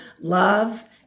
love